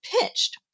pitched